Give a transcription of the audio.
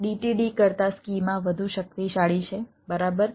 DTD કરતાં schema વધુ શક્તિશાળી છે બરાબર